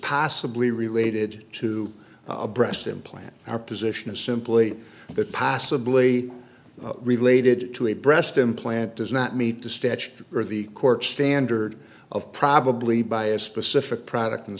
possibly related to a breast implant our position is simply that possibly related to a breast implant does not meet the statute or the court standard of probably by a specific product and